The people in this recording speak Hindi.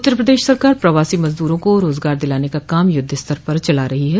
उत्तर प्रदेश सरकार प्रवासी मजदूरों को रोजगार दिलाने का काम युद्ध स्तर पर चला रही है